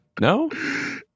No